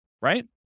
right